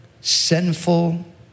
sinful